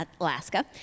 Alaska